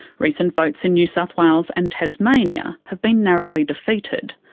recent votes in new south wales and tasmania have been narrowly defeated.